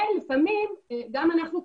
ולפעמים גם אנחנו,